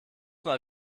mal